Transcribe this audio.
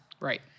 Right